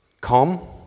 Calm